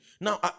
Now